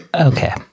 Okay